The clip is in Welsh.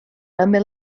ymyl